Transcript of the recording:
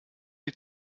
die